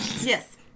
Yes